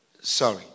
Sorry